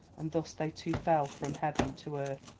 and thus they too fell from heaven to earth.